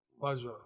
pleasure